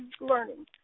learning